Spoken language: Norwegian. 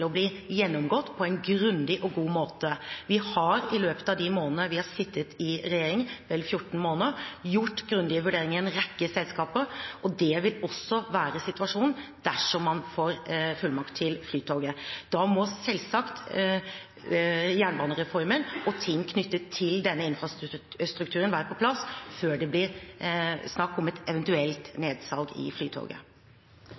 å bli gjennomgått på en grundig og god måte. Vi har i løpet av de månedene vi har sittet i regjering, vel 14 måneder, gjort grundige vurderinger av en rekke selskaper, og det vil også være situasjonen dersom man får fullmakt for Flytoget. Jernbanereformen og ting knyttet til denne infrastrukturen må selvsagt være på plass før det blir snakk om et eventuelt nedsalg i Flytoget.